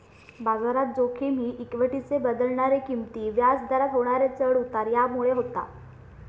बाजारात जोखिम ही इक्वीटीचे बदलणारे किंमती, व्याज दरात होणारे चढाव उतार ह्यामुळे होता